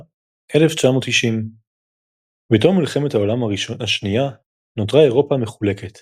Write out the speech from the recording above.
1949–1990. בתום מלחמת העולם השנייה נותרה אירופה מחולקת